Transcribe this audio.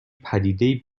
پدیدهای